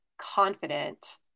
confident